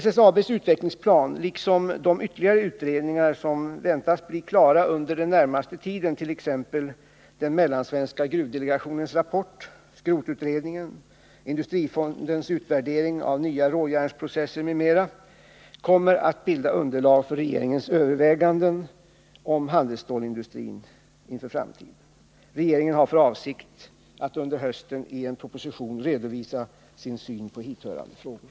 SSAB:s utvecklingsplan liksom de ytterligare utredningar som väntas bli klara under den närmaste tiden, t.ex. den mellansvenska gruvdelegationens rapport, skrotutredningen, industrifondens utvärdering av nya råjärnsprocesser m.m., kommer att bilda underlag för regeringens överväganden om handelsstålsindustrin inför framtiden. Regeringen har för avsikt att under hösten i en proposition redovisa sin syn på hithörande frågor.